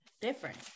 different